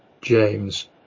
James